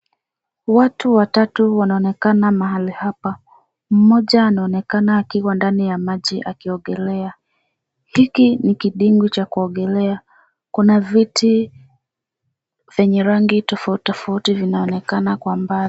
Watu watatu wanaonekana mahali hapa. Mmoja anaonekana akiwa ndani ya maji akiogelea. Hiki ni kidimbwi cha kuogelea. Kuna viti vyenye rangi tofauti tofauti vinaonekana kwa mbali.